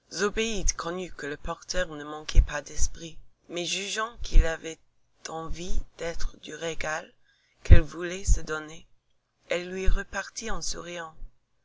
que le porteur ne manquait pas d'esprit mais jugeant qu'il avait envie d'être du régal qu'elles voulaient se donner elle lui repartit en souriant